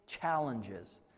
challenges